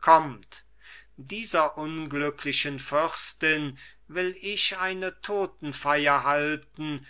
kommt dieser unglücklichen fürstin will ich eine totenfeier halten